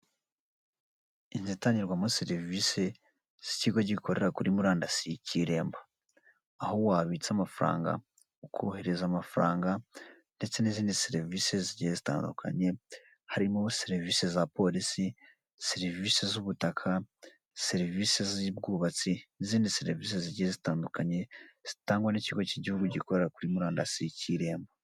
Mu isoko rya Nyabugogo aho bagurishiriza imbuto, umucuruzi yifashi ku itama kuko yabuze abakiriya kandi yari akeneye amafaranga, ari gucuruza inanasi, amapapayi, amaronji, imyembe, ndetse n'ibindi.